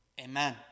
Amen